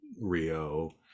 rio